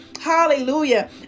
Hallelujah